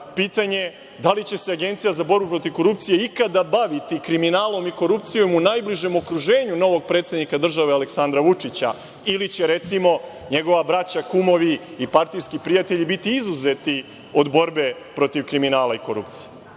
pitanje da li će se Agencija za borbu protiv korupcije ikada baviti kriminalom i korupcijom u najbližem okruženju novog predsednika države Aleksandra Vučića ili će, recimo, njegova braća, kumovi i partijski prijatelji biti izuzeti od borbe protiv kriminala i korupcije?